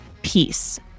peace